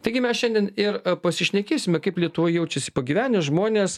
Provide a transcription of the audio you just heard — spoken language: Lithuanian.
taigi mes šiandien ir pasišnekėsime kaip lietuvoj jaučiasi pagyvenę žmonės